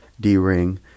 d-ring